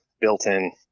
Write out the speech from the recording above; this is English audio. built-in